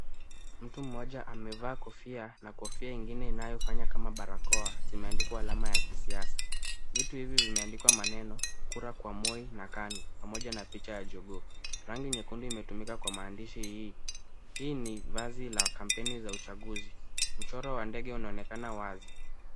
Mtu mmoja amevaa kofia na kofia ingine inayofanya kama narakoa. Zimeandikwa alama ya kisiasa. Vitu hivi vimeandikwa maneno kura kwa Moi na KANU pamoja na picha ya jogoo. Rangi nyekundu imetumika kwa maandishi hii. Hili ni vazi la kampeni za uchaguzi. Mchoro wa ndege unaonekana wazi.